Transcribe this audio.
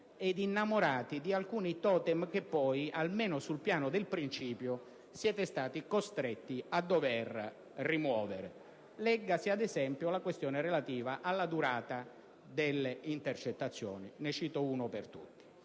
e innamorati di alcuni totem che poi, almeno sul piano del principio, siete stati costretti a rimuovere: leggasi, ad esempio, la questione relativa alla durata delle intercettazioni. Cito questa per tutti.